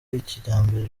kijyambere